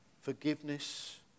forgiveness